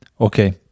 Okay